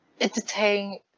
entertain